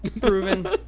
proven